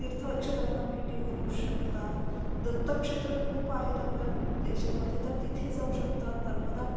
तीर्थक्षेत्रांना भेटी देऊ शकतात दत्तक्षेत्र खूप आहेत आपल्या देशामध्ये तर तिथे जाऊ शकतात नर्मदा